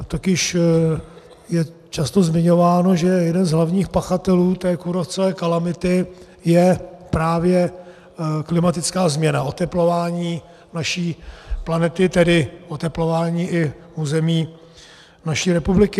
Totiž je často zmiňováno, že jeden z hlavních pachatelů té kůrovcové kalamity je právě klimatická změna, oteplování naší planety, tedy oteplování i území naší republiky.